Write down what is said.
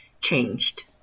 changed